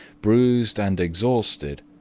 bruised and exhausted,